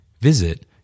Visit